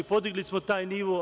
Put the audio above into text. Podigli smo taj nivo.